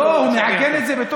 דודו, לא, הוא מעגן את זה בחקיקה.